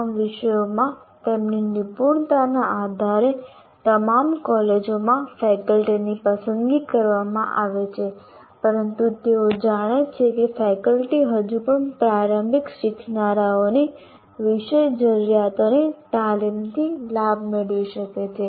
તમામ વિષયોમાં તેમની નિપુણતાના આધારે તમામ કોલેજોમાં ફેકલ્ટીની પસંદગી કરવામાં આવે છે પરંતુ તેઓ જાણે છે કે ફેકલ્ટી હજુ પણ પ્રારંભિક શીખનારાઓની વિષય જરૂરિયાતોની તાલીમથી લાભ મેળવી શકે છે